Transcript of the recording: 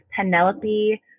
Penelope